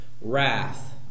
Wrath